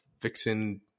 fixing